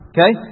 Okay